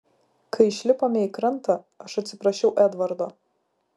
kai išlipome į krantą aš atsiprašiau edvardo